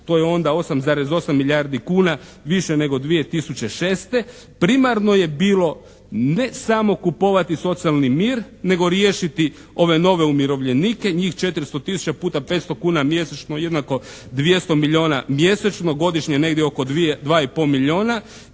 to je onda 8,8 milijardi kuna više nego 2006. Primarno je bilo ne samo kupovati socijalni mir nego riješiti ove nove umirovljenike njih 400 tisuća puta 500 kuna mjesečno jednako 200 milijuna mjesečno, godišnje negdje oko 2,5 milijuna.